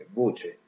voce